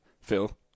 Phil